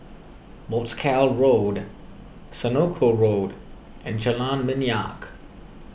Wolskel Road Senoko Road and Jalan Minyak